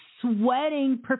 sweating